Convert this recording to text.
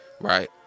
Right